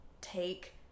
take